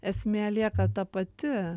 esmė lieka ta pati